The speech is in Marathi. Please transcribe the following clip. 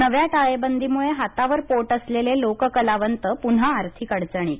नव्या टाळेबंदीमुळे हातावर पोट असलेले लोककलावंत पुन्हा आर्थिक अडचणीत